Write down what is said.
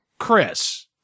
chris